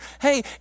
hey